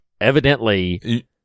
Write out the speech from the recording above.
evidently